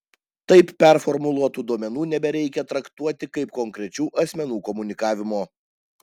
taip performuluotų duomenų nebereikia traktuoti kaip konkrečių asmenų komunikavimo